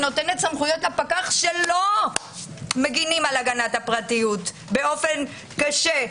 נותנת סמכויות לפקח שלא מגנים על הגנת הפרטיות באופן קשה.